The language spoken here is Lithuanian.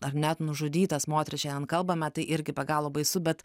ar net nužudytas moteris šiandien kalbame tai irgi be galo baisu bet